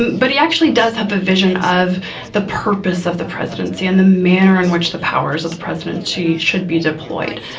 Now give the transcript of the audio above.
but he actually does have a vision of the purpose of the presidency and the manner in which the powers of the presidency should be deployed.